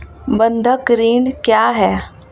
बंधक ऋण क्या है?